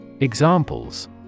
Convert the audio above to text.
Examples